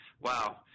wow